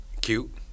Cute